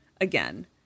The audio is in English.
again